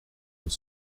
faut